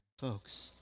folks